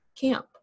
camp